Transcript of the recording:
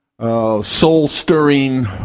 soul-stirring